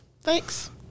Thanks